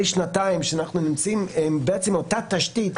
שנתיים למגיפה אנחנו נמצאים עם אותה תשתית.